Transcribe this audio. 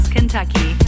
Kentucky